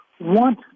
want